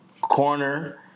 Corner